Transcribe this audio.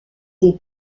des